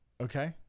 okay